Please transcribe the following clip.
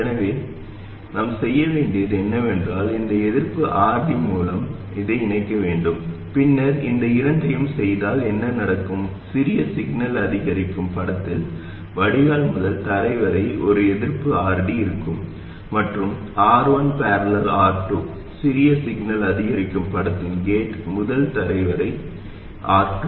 எனவே நாம் செய்ய வேண்டியது என்னவென்றால் இந்த எதிர்ப்பு RD மூலம் அதை இணைக்க வேண்டும் பின்னர் இந்த இரண்டையும் செய்தால் என்ன நடக்கும் சிறிய சிக்னல் அதிகரிக்கும் படத்தில் வடிகால் முதல் தரை வரை ஒரு எதிர்ப்பு RD இருக்கும் மற்றும் R1 || R2 சிறிய சிக்னல் அதிகரிக்கும் படத்தில் கேட் முதல் தரை வரை R2